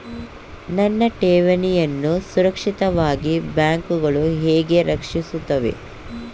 ನನ್ನ ಠೇವಣಿಯನ್ನು ಸುರಕ್ಷಿತವಾಗಿ ಬ್ಯಾಂಕುಗಳು ಹೇಗೆ ರಕ್ಷಿಸುತ್ತವೆ?